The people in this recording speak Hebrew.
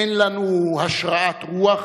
אין לנו השראת רוח,